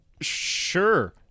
sure